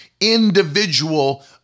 individual